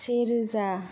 से रोजा